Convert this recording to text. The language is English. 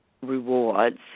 Rewards